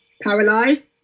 paralyzed